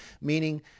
meaning